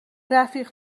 رفیق